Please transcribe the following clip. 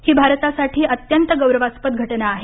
ही भारतासाठी अत्यंत गौरवास्पद घटना आहे